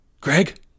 Greg